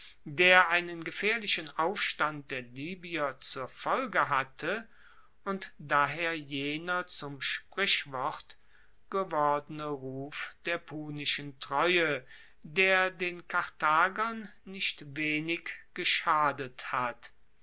der einen gefaehrlichen aufstand der libyer zur folge hatte und daher jener zum sprichwort gewordene ruf der punischen treue der den karthagern nicht wenig geschadet hat